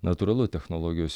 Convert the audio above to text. natūralu technologijos